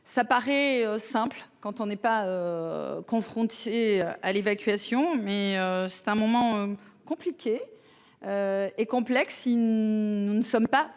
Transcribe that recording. Ça paraît simple, quand on n'est pas. Confronté. À l'évacuation. Mais c'est un moment compliqué. Et complexe si. Nous ne sommes pas